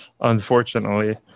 unfortunately